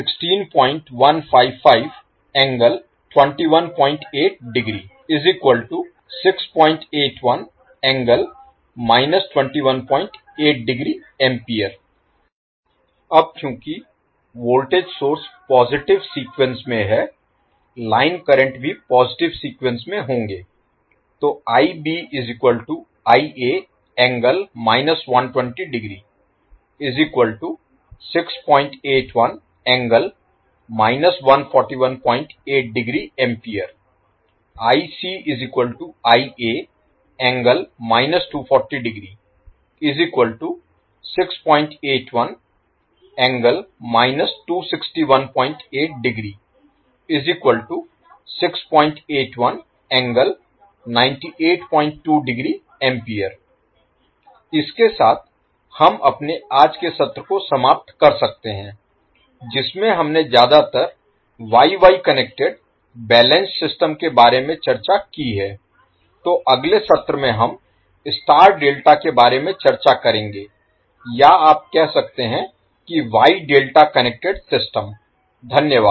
यहाँ तो अब चूंकि वोल्टेज सोर्स पॉजिटिव सीक्वेंस में हैं लाइन करंट भी पॉजिटिव सीक्वेंस में होंगे तो इसके साथ हम अपने आज के सत्र को समाप्त कर सकते हैं जिसमें हमने ज्यादातर Y Y connected balanced system के बारे में चर्चा की है तो अगले सत्र में हम स्टार डेल्टा के बारे में चर्चा करेंगे या आप कह सकते हैं कि वाई डेल्टा कनेक्टेड सिस्टम धन्यवाद